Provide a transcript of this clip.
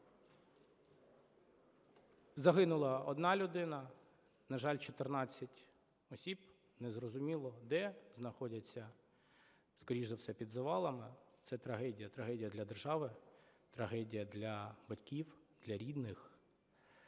Загинула одна людина, на жаль, чотирнадцять осіб не зрозуміло де знаходяться, скоріш за все під завалами. Це трагедія. Трагедія для держави, трагедія для батьків, для рідних.